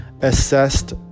assessed